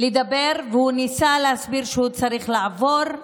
לדבר והוא ניסה להסביר שהוא צריך לעבור,